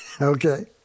Okay